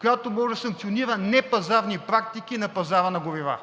която може да санкционира непазарни практики на пазара на горива?